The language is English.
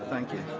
ah thank you.